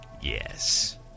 Yes